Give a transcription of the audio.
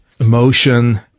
Emotion